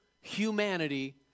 humanity